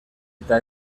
eta